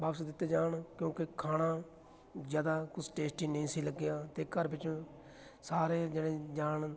ਵਾਪਸ ਦਿੱਤੇ ਜਾਣ ਕਿਉਂਕਿ ਖਾਣਾ ਜ਼ਿਆਦਾ ਕੁਛ ਟੇਸਟੀ ਨਹੀਂ ਸੀ ਲੱਗਿਆ ਅਤੇ ਘਰ ਵਿੱਚ ਸਾਰੇ ਜਿਹੜੇ ਜਾਣ